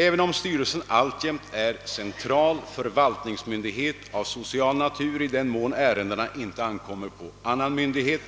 även om styrelsen alltjämt är central förvaltningsmyndighet för ärenden av social natur, i den mån ärendena inte ankommer på annan myndighet,